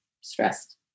stressed